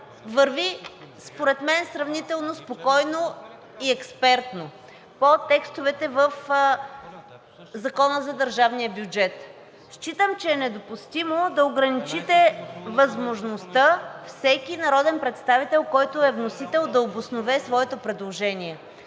върви според мен сравнително спокойно и експертно по текстовете в Закона за държавния бюджет. Считам, че е недопустимо да ограничите възможността всеки народен представител, който е вносител, да обоснове своето предложение.